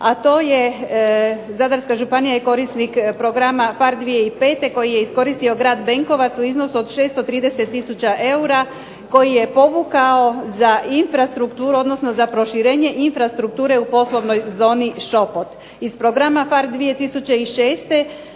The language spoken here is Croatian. Zadarska županija je korisnik programa PHARE 2005 koji je iskoristio grad Benkovac u iznosu od 630 tisuća eura, koji je povukao za infrastrukturu odnosno za proširenje infrastrukture u poslovnoj zoni Šopot. Iz programa PHARE 2006.